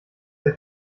der